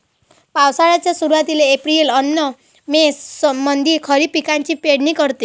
पावसाळ्याच्या सुरुवातीले एप्रिल अन मे मंधी खरीप पिकाची पेरनी करते